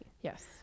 Yes